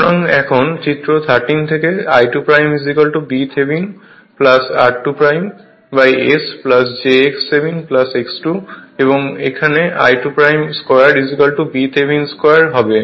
সুতরাং এখন চিত্র 13 থেকে I2 b Thevenin R2S JX Thevenin X2 এবং I22 b Thevenin 2 হবে